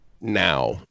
now